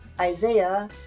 Isaiah